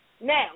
now